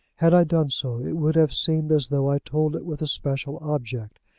had i done so, it would have seemed as though i told it with a special object.